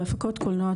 בהפקות קולנוע,